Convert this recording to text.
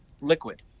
liquid